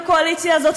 בקואליציה הזאת,